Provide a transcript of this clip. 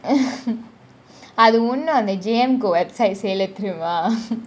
அது ஒன்னும் :athu onum J_M கு :ku website sale தெரியுமா :teriyuma